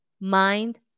mind